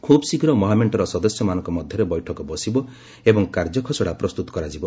ଖୁବ୍ ଶୀଘ୍ର ମହାମେଣ୍ଟର ସଦସ୍ୟମାନଙ୍କ ମଧ୍ୟରେ ବୈଠକ ବସିବ ଏବଂ କାର୍ଯ୍ୟଖସଡ଼ା ପ୍ରସ୍ତୁତ କରାଯିବ